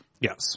Yes